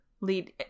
lead